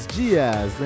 dias